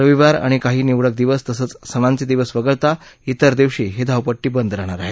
रविवार आणि काही निवडक दिवस तसंच सणांचे दिवस वगळता विर दिवशी ही धावपट्टी बंद राहणार आहे